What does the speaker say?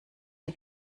die